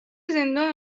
زندان